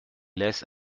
laisse